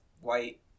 white